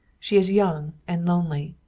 she is young and lonely.